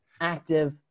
Active